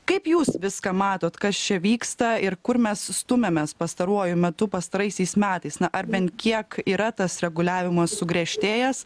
kaip jūs viską matot kas čia vyksta ir kur mes stumiamės pastaruoju metu pastaraisiais metais na ar bent kiek yra tas reguliavimas sugriežtėjęs